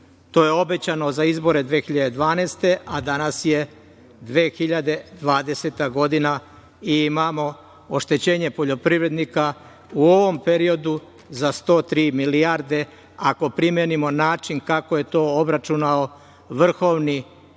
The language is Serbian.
je obećano za izbore 2012. godine, a danas je 2020. godina i imamo oštećenje poljoprivrednika u ovom periodu za 103 milijarde, ako primenimo način kako je to obračunao vrhovni